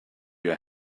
your